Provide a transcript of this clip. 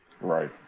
Right